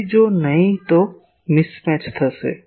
તેથી જો નહીં તો મિસમેચ થશે